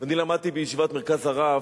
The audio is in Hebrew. אני למדתי בישיבת "מרכז הרב"